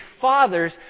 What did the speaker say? fathers